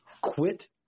Quit